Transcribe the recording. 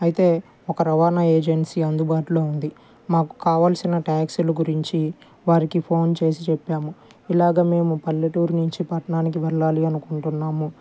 అయితే ఒక రవాణా ఏజెన్సీ అందుబాటులో ఉంది మాకు కావాల్సిన ట్యాక్సీల గురించి వారికి ఫోన్ చేసి చెప్పాము ఇలాగ మేము పల్లెటూరు నుంచి పట్టణానికి వెళ్ళాలి అనుకుంటున్నాము